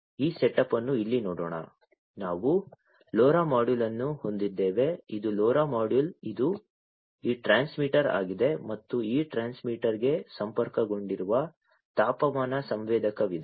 ಈ ಸೆಟಪ್ ಅನ್ನು ಇಲ್ಲಿ ನೋಡೋಣ ನಾವು LoRa ಮಾಡ್ಯೂಲ್ ಅನ್ನು ಹೊಂದಿದ್ದೇವೆ ಇದು LoRa ಮಾಡ್ಯೂಲ್ ಇದು ಈ ಟ್ರಾನ್ಸ್ಮಿಟರ್ ಆಗಿದೆ ಮತ್ತು ಈ ಟ್ರಾನ್ಸ್ಮಿಟರ್ಗೆ ಸಂಪರ್ಕಗೊಂಡಿರುವ ತಾಪಮಾನ ಸಂವೇದಕವಿದೆ